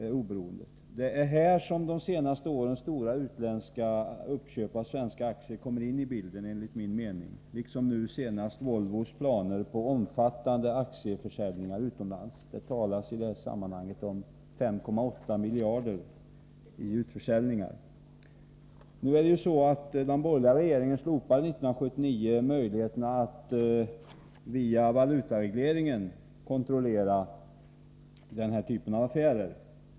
Det är här som enligt min mening de senaste årens stora utländska uppköp av svenska aktier kommer in i bilden, liksom nu Volvos planer på omfattande aktieförsäljningar utomlands. Det talas i det sammanhanget om utförsäljningar för 5,8 miljarder. Den borgerliga regeringen slopade 1979 möjligheterna att via valutaregleringen kontrollera denna typ av affärer.